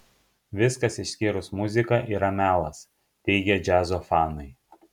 viskas išskyrus muziką yra melas teigia džiazo fanai